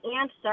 answer